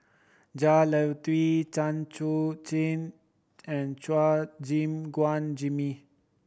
Jah Lelawati Chan Chun Jing and Chua Gim Guan Jimmy